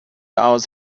hours